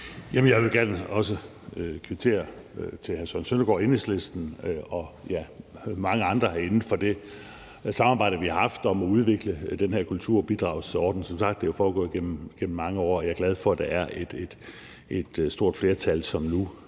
Jeg vil også gerne kvittere til hr. Søren Søndergaard, Enhedslisten og mange andre herinde for det samarbejde, vi har haft, om at udvikle den her kulturbidragsordning. Som sagt er det jo foregået gennem mange år, og jeg er glad for, at der er et stort flertal, som nu